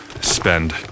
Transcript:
spend